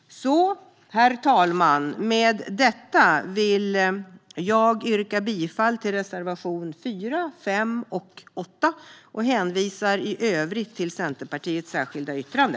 Herr talman! Med detta vill jag yrka bifall till reservationerna 4, 5 och 8. Jag hänvisar i övrigt till Centerpartiets särskilda yttrande.